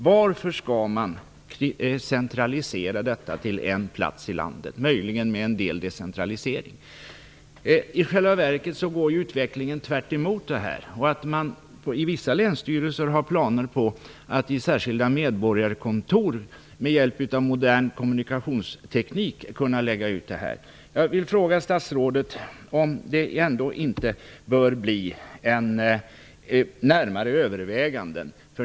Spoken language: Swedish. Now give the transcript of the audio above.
Varför skall man centralisera detta till en plats i landet, möjligen förenat med en del decentralisering? I själva verket går utvecklingen i motsatt riktning. Inom vissa länsstyrelser har man nämligen planer på att genom särskilda medborgarkontor med hjälp av modern kommunikationsteknik kunna lägga ut det här. Jag vill fråga statsrådet om det ändå inte bör göras närmare överväganden.